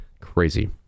crazy